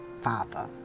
Father